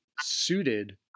suited